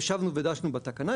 ושבנו ודשנו בתקנה,